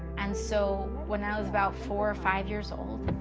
and so, when i was about four, five years old,